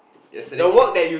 yesterday can